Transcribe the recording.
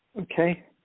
Okay